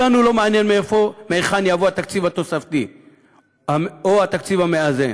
אותנו לא מעניין מהיכן יבוא התקציב התוספתי או התקציב המאזן,